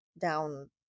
down